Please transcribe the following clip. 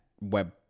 web